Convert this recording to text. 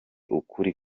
ukuri